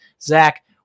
Zach